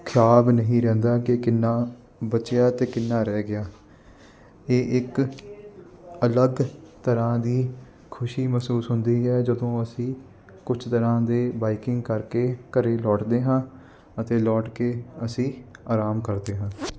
ਹਿਸਾਬ ਨਹੀਂ ਰਹਿੰਦਾ ਕੇ ਕਿੰਨਾ ਬਚਿਆ ਅਤੇ ਕਿੰਨਾ ਰਹਿ ਗਿਆ ਇਹ ਇੱਕ ਅਲੱਗ ਤਰ੍ਹਾਂ ਦੀ ਖੁਸ਼ੀ ਮਹਿਸੂਸ ਹੁੰਦੀ ਹੈ ਜਦੋਂ ਅਸੀਂ ਕੁਛ ਦਿਨਾਂ ਦੀ ਬਾਈਕਿੰਗ ਕਰਕੇ ਘਰ ਲੋਟਦੇ ਹਾਂ ਅਤੇ ਲੋਟ ਕੇ ਅਸੀਂ ਅਰਾਮ ਕਰਦੇ ਹਾਂ